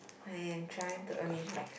I am trying to arrange my